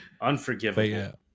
unforgivable